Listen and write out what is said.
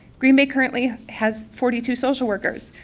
green bay currently has forty two social workers,